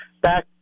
back